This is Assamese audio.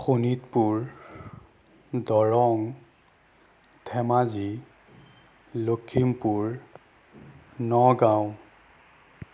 শোণিতপুৰ দৰং ধেমাজি লখিমপুৰ নগাঁও